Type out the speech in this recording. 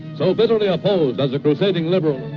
so bitterly opposed as a crusading liberal.